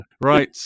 Right